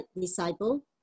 disciple